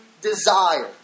desire